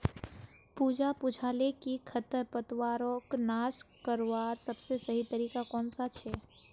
पूजा पूछाले कि खरपतवारक नाश करवार सबसे सही तरीका कौन सा छे